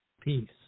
peace